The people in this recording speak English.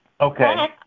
Okay